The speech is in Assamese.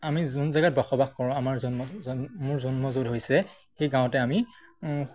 আমি যোন জেগাত বসবাস কৰোঁ আমাৰ জন্ম জন্ম মোৰ জন্ম য'ত হৈছে সেই গাঁৱতে আমি